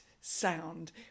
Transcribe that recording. sound